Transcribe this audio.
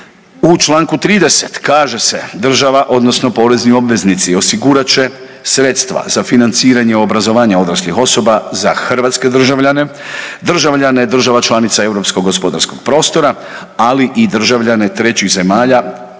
u čl. 30. kaže se, država odnosno porezni obveznici osigurat će sredstva za financiranje obrazovanja odraslih osoba za hrvatske državljane, državljane država članica europskog gospodarskog prostora, ali i državljane trećih zemalja